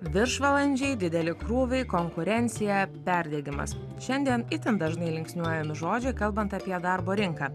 viršvalandžiai dideli krūviai konkurencija perdegimas šiandien itin dažnai linksniuojami žodžiai kalbant apie darbo rinką